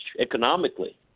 economically